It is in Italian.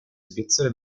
svizzero